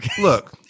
Look